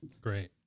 Great